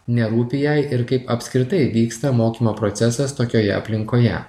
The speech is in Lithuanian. nerūpi jai ir kaip apskritai vyksta mokymo procesas tokioje aplinkoje